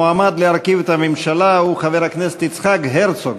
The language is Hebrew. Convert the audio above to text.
המועמד להרכיב את הממשלה הוא חבר הכנסת יצחק הרצוג.